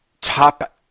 top